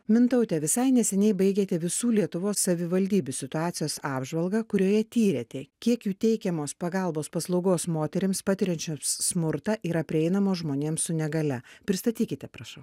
mintaute visai neseniai baigėte visų lietuvos savivaldybių situacijos apžvalgą kurioje tyrėte kiek jų teikiamos pagalbos paslaugos moterims patiriančioms smurtą yra prieinamos žmonėms su negalia pristatykite prašau